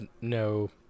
no